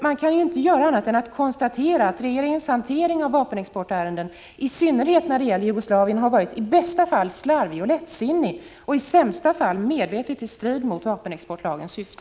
Man kan inte göra annat än konstatera att regeringens hantering av vapenexportärenden, i synnerhet när det gäller Jugoslavien, har varit i bästa fall slarvig och lättsinnig och i sämsta fall medvetet i strid med vapenexportla gens syfte.